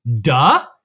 duh